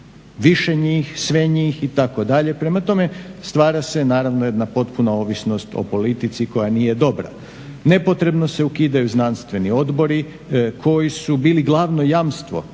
više njih, sve njih itd. prema tome stvara se naravno jedna potpuna ovisnost o politici koja nije dobra. Nepotrebno se ukidaju znanstveni odbori koji su bili glavno jamstvo neovisnog